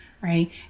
right